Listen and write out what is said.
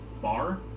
bar